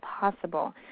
possible